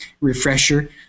refresher